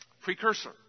precursor